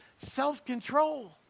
self-control